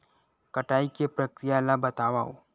कटाई के प्रक्रिया ला बतावव?